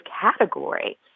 category